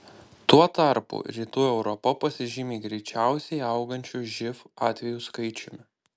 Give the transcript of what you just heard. tuo tarpu rytų europa pasižymi greičiausiai augančiu živ atvejų skaičiumi